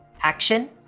action